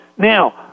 Now